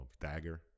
dagger